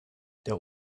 der